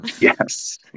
yes